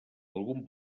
algun